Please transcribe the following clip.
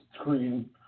screen